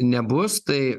nebus tai